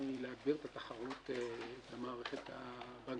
היא להגביר את התחרות במערכת הבנקאית.